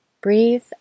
Breathe